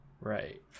Right